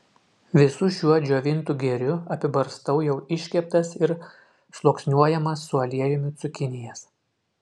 visu šiuo džiovintu gėriu apibarstau jau iškeptas ir sluoksniuojamas su aliejumi cukinijas